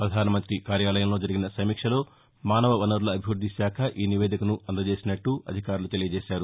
ప్రధాన మంతి కార్యాలయంలో జరిగిన సమీక్షలో మానవ వనరుల అభివృద్ది శాఖ ఈ నివేదికను అందజేసినట్లు అధికారులు తెలిపారు